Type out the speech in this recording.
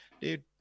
Dude